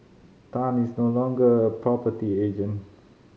Tan is no longer a property agent